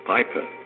Piper